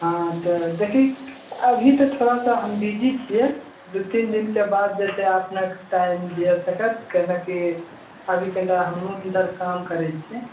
हाँ तऽ देखि अभी तऽ थोड़ा सा हम बीजी छियै दू तीन दिनके बाद जे छै अपनेकेँ टाइम दिअऽ सकब कीआकि अभी तऽ हमहुँ इधर काम करै छिऐ